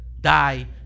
Die